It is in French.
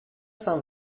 saint